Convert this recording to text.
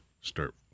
start